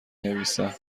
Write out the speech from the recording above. نویسم